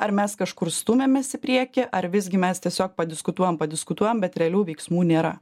ar mes kažkur stumiamės į priekį ar visgi mes tiesiog padiskutuojam padiskutuojam bet realių veiksmų nėra